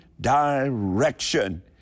Direction